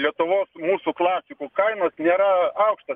lietuvos mūsų klasikų kainos nėra aukštos